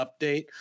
update